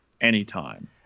anytime